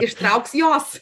ištrauks jos